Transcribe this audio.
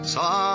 Saw